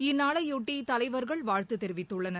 இந்நாளையொட்டி தலைவர்கள் வாழ்த்து தெரிவித்துள்ளனர்